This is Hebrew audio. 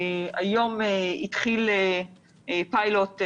היום התחיל פיילוט,